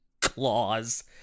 claws